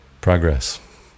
Progress